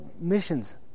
missions